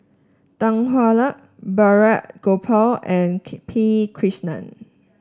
Tan Hwa Luck Balraj Gopal and P Krishnan